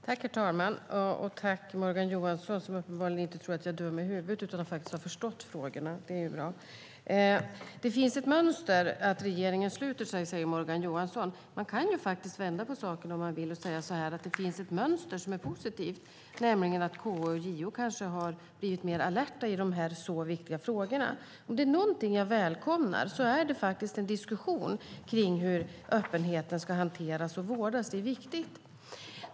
Herr talman! Tack, Morgan Johansson, som uppenbarligen inte tror att jag är dum i huvudet utan faktiskt har förstått frågorna. Det är bra. Det finns ett mönster att regeringen sluter sig, säger Morgan Johansson. Man kan faktiskt vända på saken och säga att det finns ett positivt mönster, nämligen att KU och JO kanske har blivit mer alerta i de så viktiga frågorna. Om det är något jag välkomnar är det en diskussion om hur öppenheten ska hanteras och vårdas. Den är viktig.